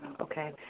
Okay